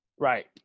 Right